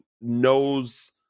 knows